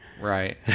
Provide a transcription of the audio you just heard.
Right